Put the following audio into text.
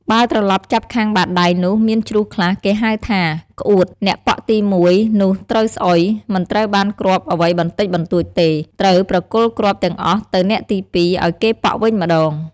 បើត្រឡប់ចាប់ខាងបាតដៃនោះ មានជ្រុះខ្លះគេហៅថា "ក្អួត" អ្នកប៉ក់ទី១ នោះត្រូវស្អុយ មិនត្រូវបានគ្រាប់អ្វីបន្តិចបន្តួចទេ ត្រូវប្រគល់គ្រាប់ទាំងអស់ទៅអ្នកទី ២ ឲ្យគេប៉ក់វិញម្ដង។